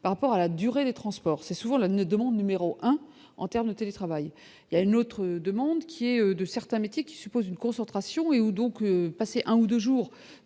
par rapport à la durée, les transports, c'est souvent là ne demande numéro un en terme de télétravail, il y a une autre demande qui est de certains métiers qui suppose une concentration et où donc passer un ou 2 jours